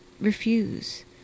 refuse